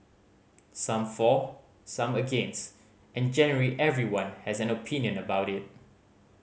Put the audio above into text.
some for some against and generally everyone has an opinion about it